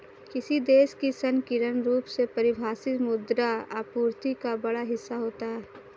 किसी देश की संकीर्ण रूप से परिभाषित मुद्रा आपूर्ति का बड़ा हिस्सा होता है